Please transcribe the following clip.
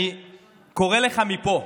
אני קורא לך מפה: